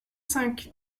cinq